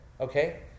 okay